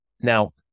Now